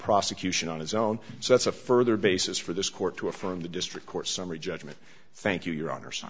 prosecution on his own so that's a further basis for this court to affirm the district court summary judgment thank you your honor si